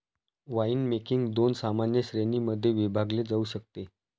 winemaking दोन सामान्य श्रेणीं मध्ये विभागले जाऊ शकते